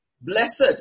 blessed